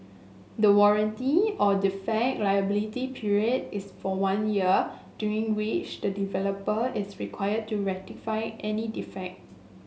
the warranty or defect liability period is for one year during which the developer is required to rectify any defect